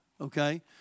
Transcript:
okay